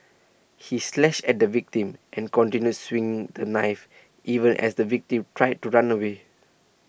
he slashed at the victim and continued swinging the knife even as the victim tried to run away